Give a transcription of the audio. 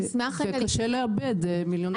קשה לעבד מיליוני הערות.